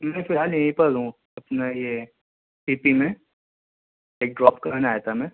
نہیں فی الحال یہیں پر ہوں اپنا یہ سی پی میں ایک ڈراپ کرنے آیا تھا میں